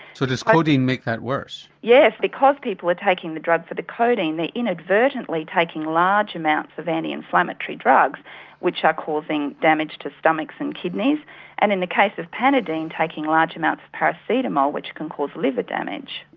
so does codeine make that worse? yes, because people were taking the drug for the codeine they're inadvertently taking large amounts of anti-inflammatory drugs which are causing damage to stomachs and kidneys and in the case of panadeine taking large amounts of paracetamol which can cause liver damage.